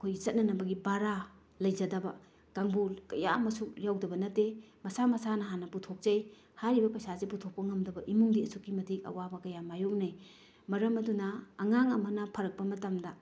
ꯑꯩꯈꯣꯏꯒꯤ ꯆꯠꯅꯅꯕꯒꯤ ꯚꯔꯥ ꯂꯩꯖꯗꯕ ꯀꯥꯡꯕꯨ ꯀꯌꯥ ꯑꯃꯁꯨ ꯌꯥꯎꯗꯕ ꯅꯠꯇꯦ ꯃꯁꯥ ꯃꯁꯥꯅ ꯍꯥꯟꯅ ꯄꯨꯊꯣꯛꯆꯩ ꯍꯥꯏꯔꯤꯕ ꯄꯩꯁꯥꯁꯦ ꯄꯨꯊꯣꯛꯄ ꯉꯝꯗꯕ ꯏꯃꯨꯡꯗꯤ ꯑꯁꯨꯛꯀꯤ ꯃꯇꯤꯛ ꯑꯋꯥꯕ ꯀꯌꯥ ꯃꯥꯏꯌꯣꯛꯅꯩ ꯃꯔꯝ ꯑꯗꯨꯅ ꯑꯉꯥꯡ ꯑꯃꯅ ꯐꯔꯛꯄ ꯃꯇꯝꯗ